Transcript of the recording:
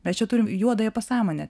mes čia turim juodąją pasąmonę